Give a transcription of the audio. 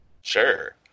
Sure